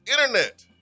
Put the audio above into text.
internet